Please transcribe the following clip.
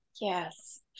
yes